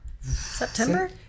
September